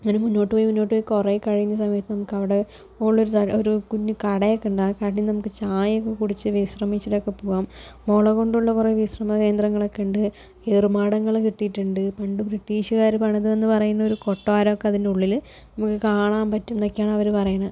അങ്ങനെ മുന്നോട്ട് പോയി മുന്നോട്ട് പോയി കുറേ കഴിഞ്ഞ സമയത്ത് നമുക്ക് അവിടെ മുകളിലൊരു സാ കുഞ്ഞു കടയൊക്കെ ഉണ്ട് ആ കടേന്ന് നമുക്ക് ചായയൊക്കെ കുടിച്ച് വിശ്രമിച്ചിട്ടൊക്കെ പോകാം മുള കൊണ്ടുള്ള കുറേ വിശ്രമ കേന്ദ്രങ്ങളൊക്കെ ഉണ്ട് ഏറുമാടങ്ങൾ കെട്ടിയിട്ടുണ്ട് പണ്ട് ബ്രിട്ടീഷ്കാർ പണിതെന്ന് പറയുന്നൊരു കൊട്ടാരമൊക്കെ അതിൻ്റെ ഉള്ളിൽ നമുക്ക് കാണാൻ പറ്റും എന്നൊക്കെയാണ് അവർ പറയണേ